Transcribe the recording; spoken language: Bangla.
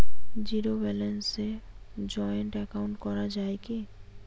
জীরো ব্যালেন্সে জয়েন্ট একাউন্ট করা য়ায় কি?